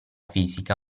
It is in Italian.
fisica